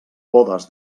podes